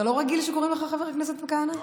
מתן, אתה לא רגיל שקוראים לך חבר הכנסת כהנא?